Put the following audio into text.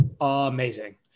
amazing